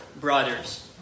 brothers